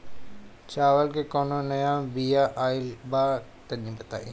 चावल के कउनो नया बिया आइल बा तनि बताइ?